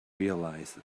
realize